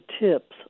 tips